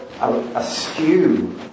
askew